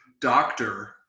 doctor